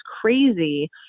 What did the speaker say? crazy